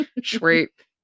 Shriek